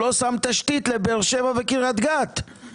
ככל שהוראת המנכ"ל הזו תוארך,